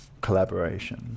collaboration